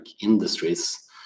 industries